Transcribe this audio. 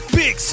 big